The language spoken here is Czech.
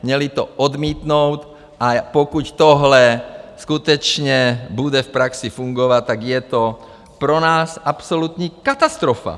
Měli to odmítnout, a pokud tohle skutečně bude v praxi fungovat, tak je to pro nás absolutní katastrofa.